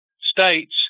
states